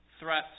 threats